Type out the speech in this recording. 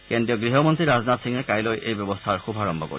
কেন্দ্ৰীয় গৃহমন্ত্ৰী ৰাজনাথ সিঙে কাইলৈ এই ব্যৱস্থাৰ শুভাৰম্ভ কৰিব